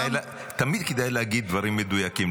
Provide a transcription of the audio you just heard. תמיד כדאי להגיד דברים מדויקים,